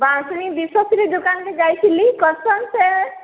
ବାଉଁଶୁଣି ବିଶ୍ୱଶ୍ରୀ ଦୁକାନକେ ଯାଇଥିଲି କସମ୍ସେ